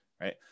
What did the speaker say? right